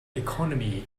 economy